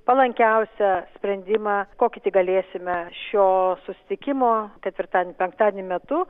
palankiausią sprendimą kokį tik galėsime šio susitikimo ketvirtadienį penktadienį metu